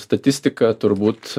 statistika turbūt